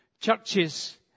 Churches